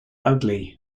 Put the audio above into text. ugly